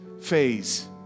phase